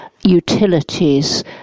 utilities